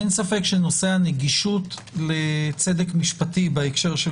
אין ספק שנושא הנגישות לצדק משפטי בהקשר של